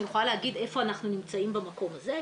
אני יכולה להגיד איפה אנחנו נמצאים במקום הזה.